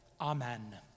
Amen